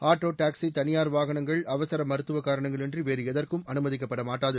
auto taxi தனியார் வாகனங்கள் அவசர மருத்துவக் காரணங்களின்றி வேறு எதற்கும் அனுமதிக்கப்பட மாட்டாது